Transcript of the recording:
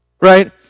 right